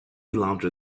lounge